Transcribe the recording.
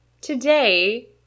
today